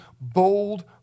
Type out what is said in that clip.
bold